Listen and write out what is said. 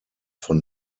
von